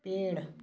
पेड़